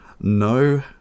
no